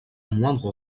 moindre